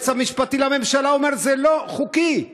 היועץ המשפטי לממשלה אומר: זה לא חוקי,